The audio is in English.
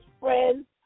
friend's